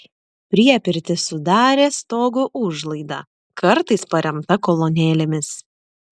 priepirtį sudarė stogo užlaida kartais paremta kolonėlėmis